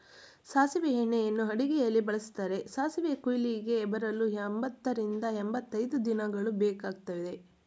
ಸಾಸಿವೆ ಎಣ್ಣೆಯನ್ನು ಅಡುಗೆಯಲ್ಲಿ ಬಳ್ಸತ್ತರೆ, ಸಾಸಿವೆ ಕುಯ್ಲಿಗೆ ಬರಲು ಎಂಬತ್ತರಿಂದ ಎಂಬತೈದು ದಿನಗಳು ಬೇಕಗ್ತದೆ